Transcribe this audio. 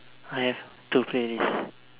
I have two playlists